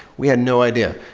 we had no idea.